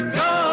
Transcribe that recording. go